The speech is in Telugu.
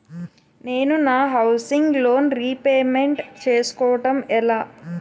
నేను నా హౌసిగ్ లోన్ రీపేమెంట్ చేసుకోవటం ఎలా?